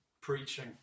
preaching